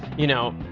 you know,